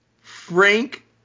frank